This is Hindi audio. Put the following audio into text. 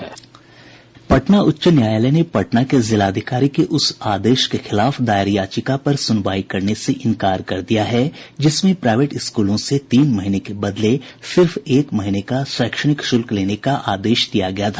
पटना उच्च न्यायालय ने पटना के जिलाधिकारी के उस आदेश के खिलाफ दायर याचिका पर सुनवाई करने से इंकार कर दिया है जिसमें प्राईवेट स्कूलों से तीन महीने के बदले सिर्फ एक महीने का शैक्षणिक शुल्क लेने का आदेश दिया गया था